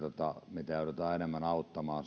mitä joudutaan suhteessa enemmän auttamaan